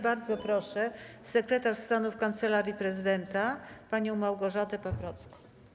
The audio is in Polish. Bardzo proszę sekretarz stanu w Kancelarii Prezydenta panią Małgorzatę Paprocką.